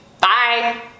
Bye